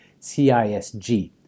CISG